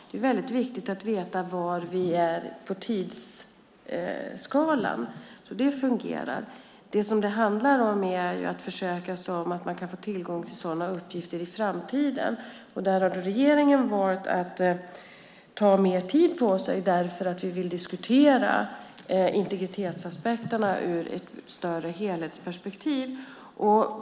Det är väldigt viktigt att veta var vi är på tidsskalan. Det fungerar. Det som det handlar om är ju att försäkra sig om att man kan få tillgång till sådana uppgifter i framtiden. Där har regeringen valt att ta mer tid på sig därför att vi vill diskutera integritetsaspekterna ur ett helhetsperspektiv.